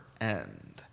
end